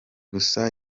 gusa